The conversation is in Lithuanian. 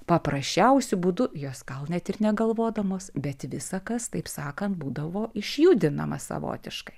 paprasčiausiu būdu jos gal net ir negalvodamos bet visa kas taip sakant būdavo išjudinama savotiškai